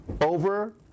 over